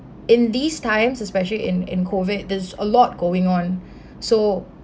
in these times especially in in COVID there's a lot going on so